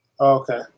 Okay